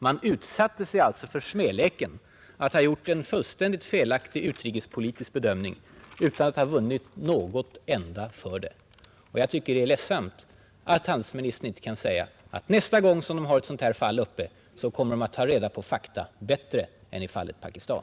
Man utsatte sig alltså för smäleken att ha gjort en fullständigt felaktig utrikespolitisk bedömning utan att ha vunnit något enda på det. Och jag tycker det är ledsamt att handelsministern inte kan säga, att nästa gång som regeringen har ett sådant här fall uppe till behandling kommer man att ta reda på fakta bättre än i fallet Pakistan.